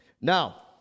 Now